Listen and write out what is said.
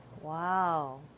Wow